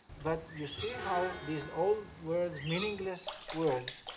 but you see how these old words meaningless words